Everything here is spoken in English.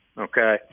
okay